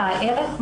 מה הערך,